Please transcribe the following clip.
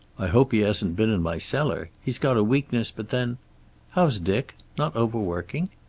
i hope he hasn't been in my cellar. he's got a weakness, but then how's dick? not overworking?